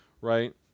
right